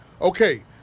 Okay